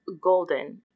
golden